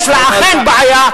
יש לה אכן בעיה,